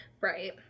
Right